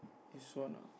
this one ah